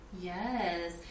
Yes